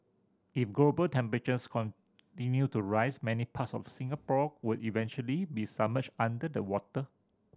if global temperatures continue to rise many parts of Singapore would eventually be submerged under the water